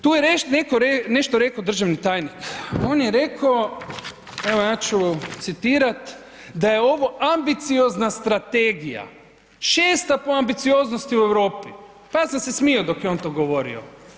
Tu je nešto rekao državni tajnik, on je rekao evo ja ću citirat da je ovo „ambiciozna strategija 6. po ambicioznosti u Europi“, pa ja sam se smijao dok je on to govorio.